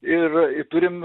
ir turim